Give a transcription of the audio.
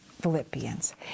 Philippians